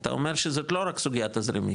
אתה אומר שזאת לא רק סוגייה תזרימית.